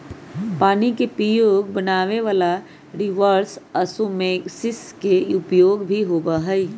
पानी के पीये योग्य बनावे ला रिवर्स ओस्मोसिस के उपयोग भी होबा हई